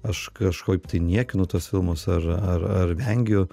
aš kažkaip tai niekinu tuos filmus ar ar ar vengiu